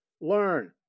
Learn